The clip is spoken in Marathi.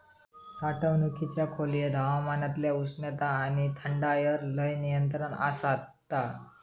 साठवणुकीच्या खोलयेत हवामानातल्या उष्णता आणि थंडायर लय नियंत्रण आसता